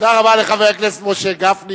תודה רבה לחבר הכנסת משה גפני,